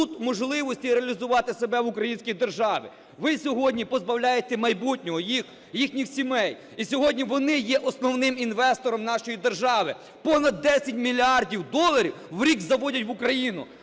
можливості реалізувати себе в українській державі, ви сьогодні позбавляєте майбутнього їх і їхніх сімей. І сьогодні вони є основним інвестором нашої держави. Понад 10 мільярдів доларів у рік заводять в Україну